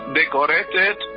decorated